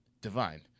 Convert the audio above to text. divine